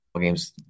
games